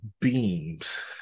beams